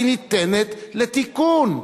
היא ניתנת לתיקון.